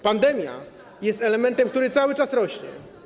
Pandemia jest elementem, który cały czas rośnie.